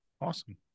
Awesome